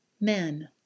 men